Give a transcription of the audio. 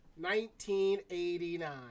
1989